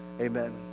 amen